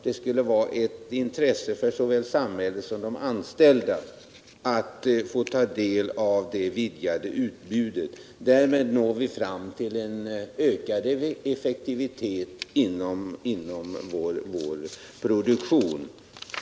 Det skulle vara ett intresse för såväl samhället som de anställda att få ta del av det vidgade utbudet. Därmed når vi fram till en ökad effektivitet inom vår produktion.